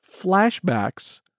flashbacks